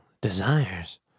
desires